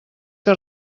que